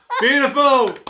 Beautiful